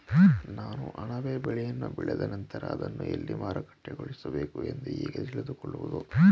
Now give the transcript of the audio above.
ನಾನು ಅಣಬೆ ಬೆಳೆಯನ್ನು ಬೆಳೆದ ನಂತರ ಅದನ್ನು ಎಲ್ಲಿ ಮಾರುಕಟ್ಟೆಗೊಳಿಸಬೇಕು ಎಂದು ಹೇಗೆ ತಿಳಿದುಕೊಳ್ಳುವುದು?